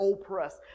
oppressed